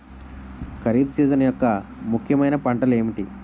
Kharif season యెక్క ముఖ్యమైన పంటలు ఏమిటీ?